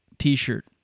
t-shirt